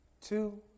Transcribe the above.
two